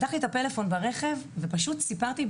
ופתחתי את הפלאפון ופשוט סיפרתי,